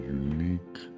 unique